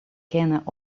kennen